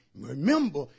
Remember